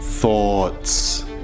thoughts